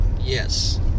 Yes